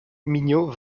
mignot